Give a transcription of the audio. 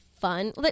fun